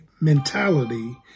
mentality